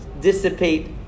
dissipate